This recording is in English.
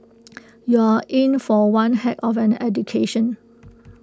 you're in for one heck of an education